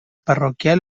parroquial